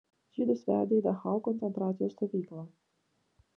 žydus vedė į dachau koncentracijos stovyklą